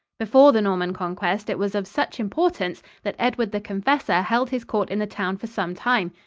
before the norman conquest, it was of such importance that edward the confessor held his court in the town for some time.